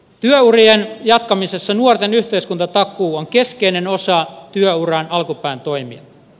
työurien jatkamisessa nuorten yhteiskuntatakuu on keskeinen osa työuran alkupään toimia